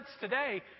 today